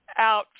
out